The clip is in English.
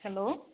hello